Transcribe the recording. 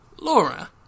Laura